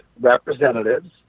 representatives